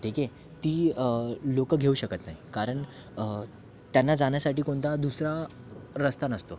ठीक आहे ती लोकं घेऊ शकत नाही कारण त्यांना जाण्यासाठी कोणता दुसरा रस्ता नसतो